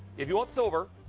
if you want silver,